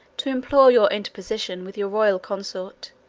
to implore your interposition with your royal consort,